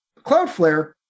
Cloudflare